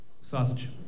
Sausage